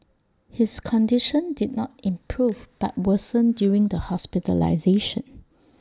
his condition did not improve but worsened during the hospitalisation